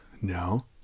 No